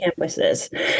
campuses